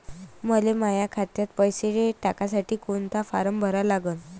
मले माह्या खात्यात पैसे टाकासाठी कोंता फारम भरा लागन?